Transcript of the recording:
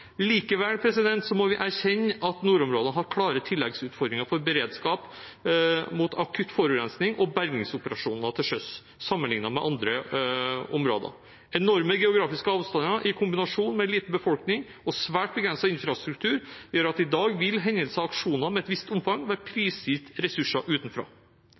Likevel må vi erkjenne at nordområdene har klare tilleggsutfordringer for beredskap mot akutt forurensning og bergingsoperasjoner til sjøs, sammenlignet med andre områder. Enorme geografiske avstander i kombinasjon med en liten befolkning og svært begrenset infrastruktur gjør at hendelser og aksjoner med et visst omfang i dag vil være prisgitt ressurser utenfra.